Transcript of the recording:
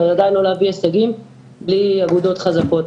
ובוודאי לא להביא הישגים בלי אגודות חזקות.